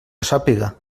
sàpiga